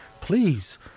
please